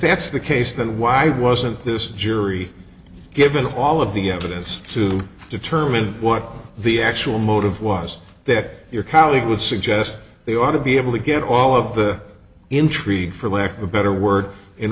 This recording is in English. that's the case then why wasn't this jury given all of the evidence to determine what the actual motive was that your colleague would suggest they ought to be able to get all of the intrigue for lack of a better word in